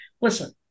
listen